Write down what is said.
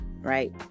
right